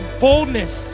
boldness